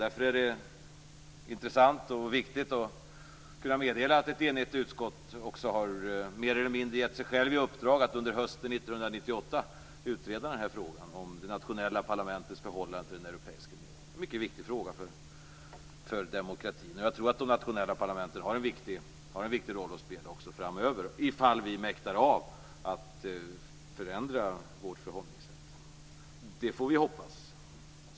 Därför är det intressant och viktigt att kunna meddela att ett enigt utskott också mer eller mindre har gett sig självt i uppdrag att under hösten 1998 utreda frågan om det nationella parlamentets förhållande till Europeiska unionen. Det är en mycket viktig fråga för demokratin. Jag tror att de nationella parlamenten har en viktig roll att spela också framöver, om vi mäktar att förändra vårt förhållningssätt. Det får vi hoppas.